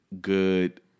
good